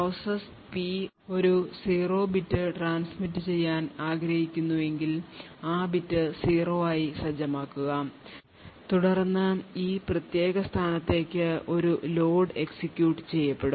process P ഒരു 0 bit transmit ചെയ്യാൻ ആഗ്രഹിക്കുന്നു എങ്കിൽ ആ ബിറ്റ് 0 ആയി സജ്ജമാക്കുക തുടർന്ന് ഈ പ്രത്യേക സ്ഥാനത്തേക്ക് ഒരു ലോഡ് എക്സിക്യൂട്ട് ചെയ്യപ്പെടും